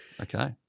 Okay